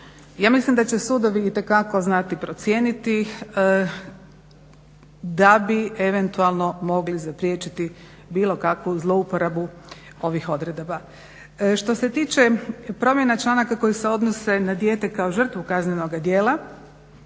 Ja mislim da će sudovi itekako znati procijeniti da bi eventualno mogli zapriječiti bilo kakvu zlouporabu ovih odredaba. Što se tiče promjena članaka koji se odnose na dijete kao žrtvu kaznenog djela,